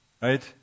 Right